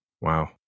Wow